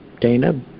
Dana